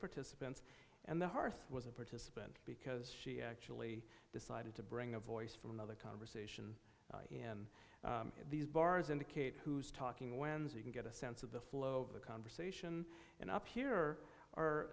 participants and the hearth was a participant because she actually decided to bring a voice from another converse in these bars indicate who's talking when so you can get a sense of the flow of the conversation and up here are